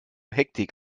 hektik